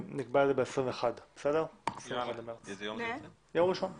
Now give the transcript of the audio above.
יום ראשון בשבוע.